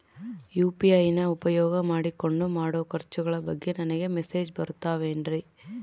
UPI ನ ಉಪಯೋಗ ಮಾಡಿಕೊಂಡು ಮಾಡೋ ಖರ್ಚುಗಳ ಬಗ್ಗೆ ನನಗೆ ಮೆಸೇಜ್ ಬರುತ್ತಾವೇನ್ರಿ?